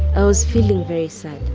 i was feeling very sad.